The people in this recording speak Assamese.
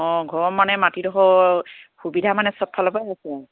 অঁ ঘৰৰ মানে মাটিডোখৰ সুবিধা মানে সবফালৰ পৰাই আছে আৰু